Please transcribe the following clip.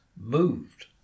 moved